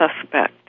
suspect